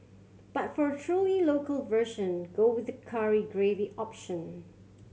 but for truly local version go with curry gravy option